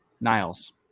Niles